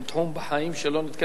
אין תחום בחיים שלא נתקל,